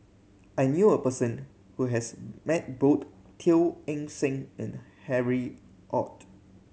I knew a person who has met both Teo Eng Seng and Harry Ord